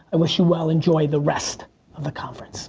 wish you well. enjoy the rest of the conference.